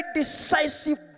decisive